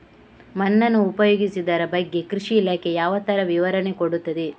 ಮಣ್ಣನ್ನು ಉಪಯೋಗಿಸುದರ ಬಗ್ಗೆ ಕೃಷಿ ಇಲಾಖೆ ಯಾವ ತರ ವಿವರಣೆ ಕೊಡುತ್ತದೆ?